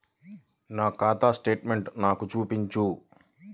నా ఖాతా స్టేట్మెంట్ను నాకు చూపించు